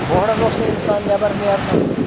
بوہڈَن اوس نہٕ اِنسان نؠبَر نیٚرنَس